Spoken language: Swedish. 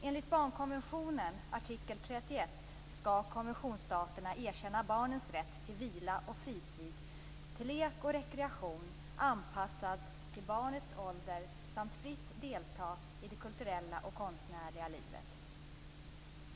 Enligt barnkonventionens artikel 31 skall konventionsstaterna erkänna barnens rätt till vila och fritid, till lek och rekreation anpassad till barnets ålder samt till att fritt delta i det kulturella och konstnärliga livet.